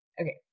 Okay